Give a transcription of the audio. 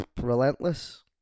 Relentless